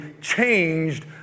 changed